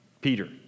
Peter